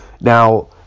Now